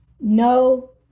no